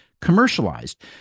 commercialized